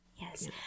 yes